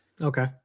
Okay